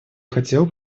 хотел